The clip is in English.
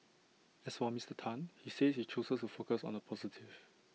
as for Mister Tan he says he chooses to focus on the positive